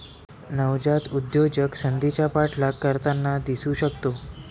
नवजात उद्योजक संधीचा पाठलाग करताना दिसू शकतो